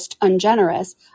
ungenerous